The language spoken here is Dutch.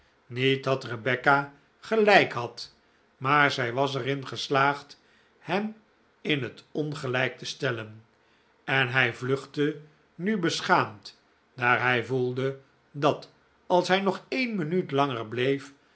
niet dat rebecca gelijk had maar zij was er in geslaagd hem in het ongelijk te stellen en hij vluchtte nu beschaamd daar hij voelde dat als hij nog een minutit langer bleef